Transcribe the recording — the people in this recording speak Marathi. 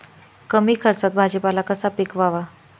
कमी खर्चात भाजीपाला कसा पिकवावा?